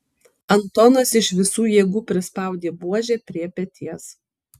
antonas iš visų jėgų prispaudė buožę prie peties